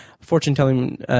fortune-telling